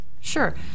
Sure